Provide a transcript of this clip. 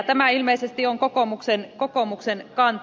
tämä ilmeisesti on kokoomuksen kanta